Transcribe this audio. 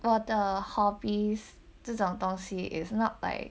我的 hobbies 这种东西 it's not like